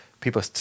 people